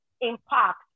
impact